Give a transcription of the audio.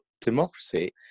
democracy